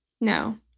No